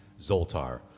Zoltar